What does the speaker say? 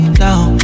down